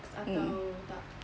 mm